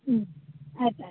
ಹ್ಞೂ ಆಯ್ತು ಆಯ್ತು